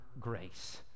grace